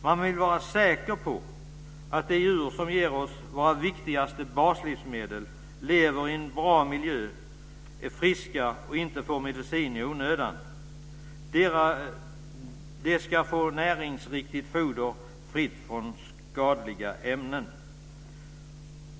Man vill vara säker på att de djur som ger oss våra viktigaste baslivsmedel lever i en bra miljö, är friska och inte får medicin i onödan. De ska få näringsriktigt foder, fritt från skadliga ämnen.